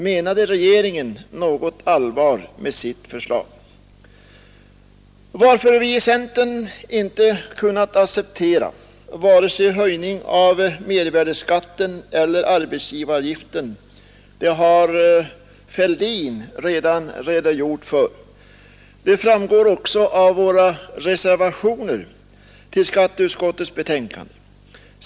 Menade regeringen något allvar med sitt förslag? Varför vi i centern inte kunnat acceptera en höjning av vare sig mervärdeskatten eller arbetsgivaravgiften har herr Fälldin redan redogjort för. Det framgår också av våra reservationer till skatteutskottets betänkande.